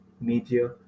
media